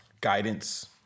guidance